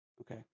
okay